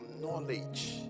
knowledge